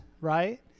right